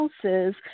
houses